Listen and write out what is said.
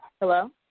Hello